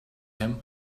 him